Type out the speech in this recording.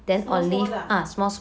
small small ah